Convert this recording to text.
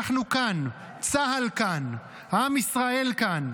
אנחנו כאן, צה"ל כאן, עם ישראל כאן.